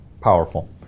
Powerful